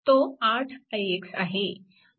तो 8ix आहे